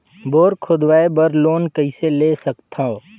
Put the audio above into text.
Bore खोदवाय बर loan कइसे ले सकथव?